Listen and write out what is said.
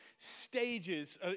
stages